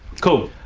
cool.